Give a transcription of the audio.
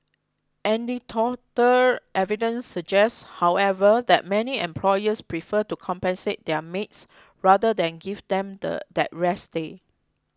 anecdotal evidence suggests however that many employers prefer to compensate their maids rather than give them the that rest day